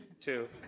two